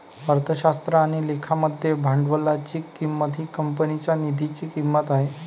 अर्थशास्त्र आणि लेखा मध्ये भांडवलाची किंमत ही कंपनीच्या निधीची किंमत आहे